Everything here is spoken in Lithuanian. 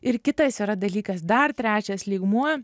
ir kitas yra dalykas dar trečias lygmuo